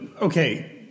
okay